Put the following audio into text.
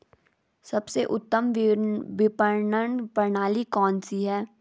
सबसे उत्तम विपणन प्रणाली कौन सी है?